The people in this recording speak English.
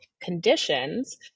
conditions